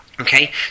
Okay